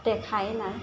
দেখাই নাই